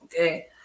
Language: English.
okay